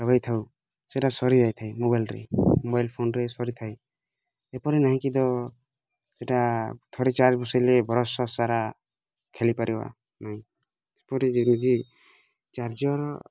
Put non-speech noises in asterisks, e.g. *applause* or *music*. ଲଗାଇ ଥାଉ ସେଇଟା ସରି ଯାଇଥାଏ ମୋବାଇଲ୍ରେ ମୋବାଇଲ୍ ଫୋନ୍ରେ ସରି ଥାଏ ଏପରି ନାହିଁ କି ତ ଏଇଟା ଥରେ ଚାର୍ଜ ବସାଇଲେ ବର୍ଷ ସାରା ଖେଳି ପାରିବା ନାହିଁ *unintelligible* ଚାର୍ଜର